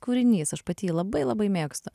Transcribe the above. kūrinys aš pati jį labai labai mėgstu